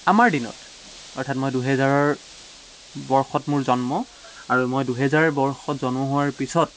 আমাৰ দিনত অৰ্থাৎ মই দুহেজাৰৰ বৰ্ষত মোৰ জন্ম আৰু মই দুহেজাৰ বৰ্ষত জন্ম হোৱাৰ পিছত